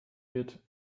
wird